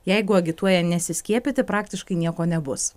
jeigu agituoja nesiskiepyti praktiškai nieko nebus